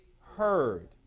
heard